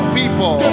people